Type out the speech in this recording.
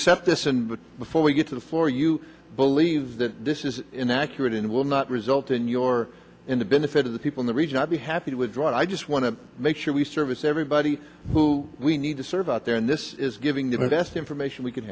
accept this and before we get to the floor you believe that this is inaccurate and will not result in your in the benefit of the people in the region i'd be happy to withdraw and i just want to make sure we service everybody who we need to serve out there and this is giving them a best information we c